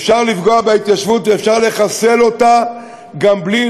אפשר לפגוע בהתיישבות ואפשר לחסל אותה גם בלי